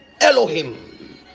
elohim